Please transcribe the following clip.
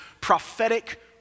prophetic